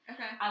Okay